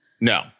No